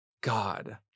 God